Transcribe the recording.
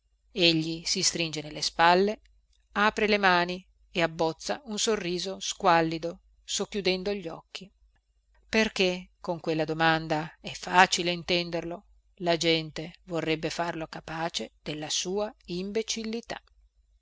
egli si stringe nelle spalle apre le mani e abbozza un sorriso squallido socchiudendo gli occhi perché con quella domanda è facile intenderlo la gente vorrebbe farlo capace della sua imbecillità